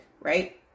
Right